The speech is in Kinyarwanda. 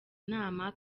inama